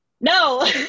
No